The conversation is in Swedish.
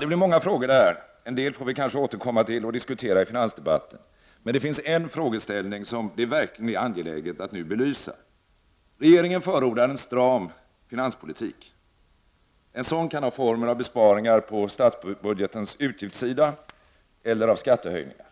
Det blev många frågor det här. En del får vi kanske återkomma till och diskutera i finansdebatten. Men det finns en frågeställning, som det verkligen är angeläget att nu belysa. Regeringen förordar en stram finanspolitik. En sådan kan ha formen av besparingar på statsbudgetens utgiftssida eller av skattehöjningar.